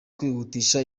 kwihutisha